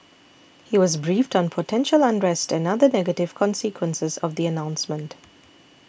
he was briefed on potential unrest and other negative consequences of the announcement